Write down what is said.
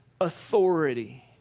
authority